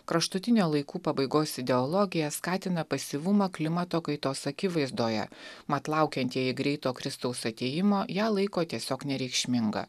kraštutinio laikų pabaigos ideologija skatina pasyvumą klimato kaitos akivaizdoje mat laukiantieji greito kristaus atėjimo ją laiko tiesiog nereikšminga